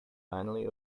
finally